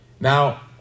Now